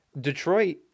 Detroit